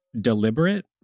deliberate